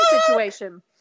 situation